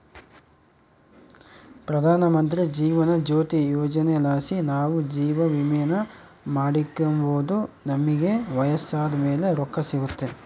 ಪ್ರಧಾನಮಂತ್ರಿ ಜೀವನ ಜ್ಯೋತಿ ಯೋಜನೆಲಾಸಿ ನಾವು ಜೀವವಿಮೇನ ಮಾಡಿಕೆಂಬೋದು ನಮಿಗೆ ವಯಸ್ಸಾದ್ ಮೇಲೆ ರೊಕ್ಕ ಸಿಗ್ತತೆ